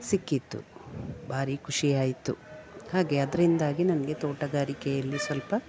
ಸಿಕ್ಕಿತ್ತು ಭಾರಿ ಖುಷಿ ಆಯಿತು ಹಾಗೆ ಅದರಿಂದಾಗಿ ನನಗೆ ತೋಟಗಾರಿಕೆಯಲ್ಲಿ ಸ್ವಲ್ಪ